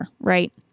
Right